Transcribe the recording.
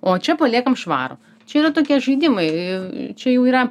o čia paliekam švarą čia yra tokie žaidimai čia jų yra